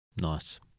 nice